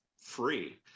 free